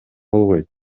болбойт